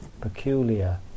peculiar